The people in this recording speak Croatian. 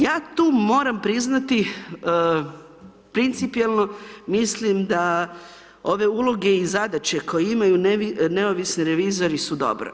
Ja tu moram priznati principijelno mislim da ove uloge i zadaće koje imaju neovisni revizori su dobre.